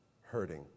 hurting